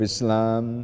Islam